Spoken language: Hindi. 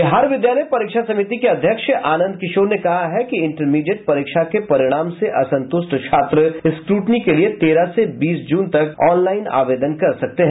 बिहार विद्यालय परीक्षा समिति के अध्यक्ष आनंद किशोर ने कहा है कि इंटरमीडिएट परीक्षा के परिणाम से असंतुष्ट छात्र स्क्रूटिनी के लिए तेरह से बीस जून तक ऑनलाईन आवेदन कर सकते हैं